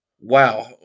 wow